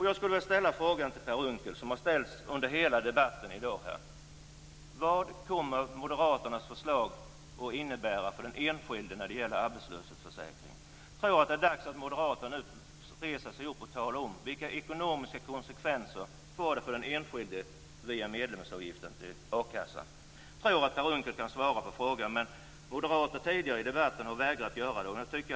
Jag skall ställa den fråga till Per Unckel som har ställts under hela debatten i dag: Vad kommer Moderaternas förslag om arbetslöshetsförsäkringen att innebära för den enskilde? Jag tror att det är dags att moderaterna nu reser sig upp och talar om vilka ekonomiska konsekvenser förslaget om medlemsavgifter till a-kassan får för den enskilde. Jag tror att Per Unckel kan svara på frågan. Moderaterna har tidigare i debatten vägrat att göra det.